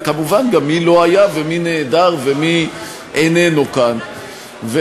וכמובן גם מי לא היה ומי נעדר ומי איננו כאן.